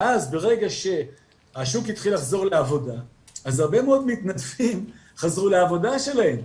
וברגע שהשוק התחיל לחזור לעבודה הרבה מאוד מתנדבים חזרו לעבודה שלהם,